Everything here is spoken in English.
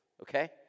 Okay